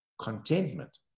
contentment